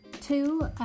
two